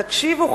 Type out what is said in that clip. תקשיבו,